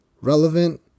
relevant